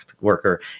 worker